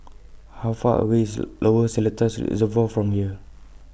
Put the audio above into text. How Far away IS Lower Seletar Reservoir from here